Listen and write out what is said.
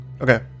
Okay